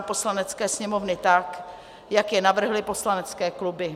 Poslanecké sněmovny tak, jak je navrhly poslanecké kluby.